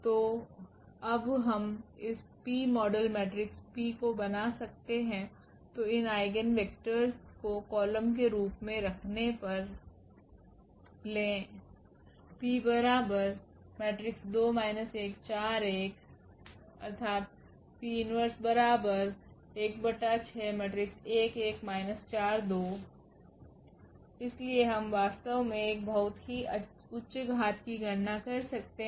तो अब हम इस P मॉडल मेट्रिक्स P को बना सकते हैं तो इन आइगेन वेक्टरस को कॉलम के रूप मे रखने पर ले इसलिए हम वास्तव में एक बहुत ही उच्च घात की गणना कर सकते हैं